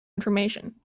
information